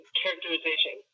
characterization